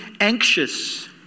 anxious